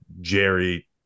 Jerry